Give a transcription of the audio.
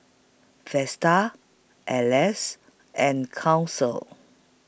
Vesta Elle's and Council